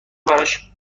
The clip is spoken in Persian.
برایش